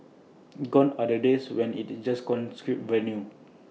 gone are the days when IT just venue